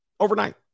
overnight